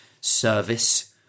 service